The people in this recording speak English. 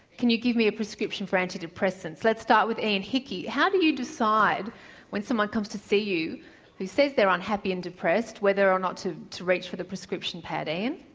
can you give me a prescription for antidepressants? let's start with ian hickey, how do you decide when someone comes to see you who says they are unhappy and depressed, whether or not to to reach for the prescription pad, ian.